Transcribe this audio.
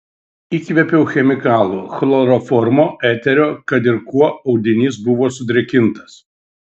įkvėpiau chemikalų chloroformo eterio kad ir kuo audinys buvo sudrėkintas